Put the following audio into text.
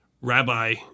rabbi